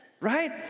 Right